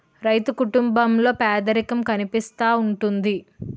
రైతు కుటుంబాల్లో పేదరికం కనిపిస్తా ఉంటది